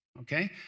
okay